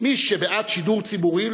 מי שבעד שידור ציבורי,